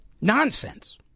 Nonsense